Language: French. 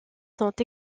sont